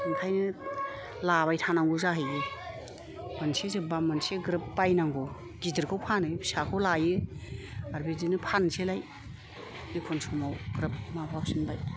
ओंखायनो लाबाय थानांगौ जाहैयो मोनसे जोबबा मोनसे ग्रोब बायनांगौ गिदिरखौ फानो फिसाखौ लायो बिदिनो फानसैलाय एखनबा समाव ग्रोब माबाफिनबाय